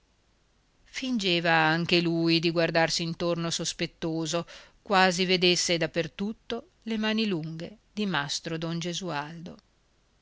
fingeva anche lui di guardarsi intorno sospettoso quasi vedesse da per tutto le mani lunghe di mastro don gesualdo